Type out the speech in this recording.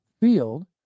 field